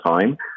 time